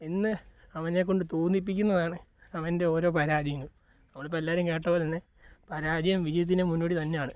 എന്ന് അവനെ കൊണ്ട് തോന്നിപ്പിക്കുന്നതാണ് അവൻ്റെ ഓരോ പരാജയങ്ങളും നമ്മളിപ്പം എല്ലാവരും കേട്ട പോലെ തന്നെ പരാജയം വിജയത്തിൻ്റെ മുന്നോടി തന്നെയാണ്